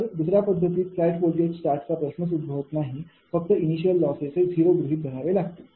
तर दुसर्या पद्धतीत फ्लॅट व्होल्टेज स्टार्ट चा प्रश्नच उद्भवत नाही फक्त इनिशियल लॉसेस हे 0 गृहीत धरावे लागतील